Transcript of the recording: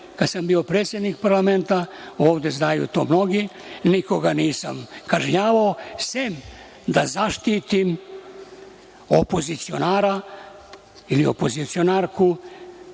sam bio predsednik parlamenta, ovde znaju to mnogi, nikoga nisam kažnjavao, sem da zaštitim opozicionara ili opozicionarku,